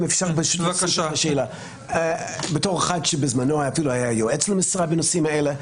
אם אפשר שאלה: בתור אחד שבזמנו אפילו היה יועץ למשרד בנושאים האלה,